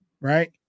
right